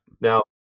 now